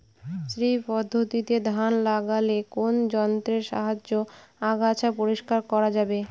শ্রী পদ্ধতিতে ধান লাগালে কোন যন্ত্রের সাহায্যে আগাছা পরিষ্কার করা যাবে?